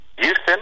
Houston